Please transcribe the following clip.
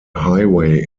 highway